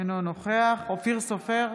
אינו נוכח אופיר סופר,